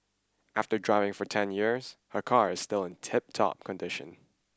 after driving for ten years her car is still in tiptop condition